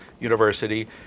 University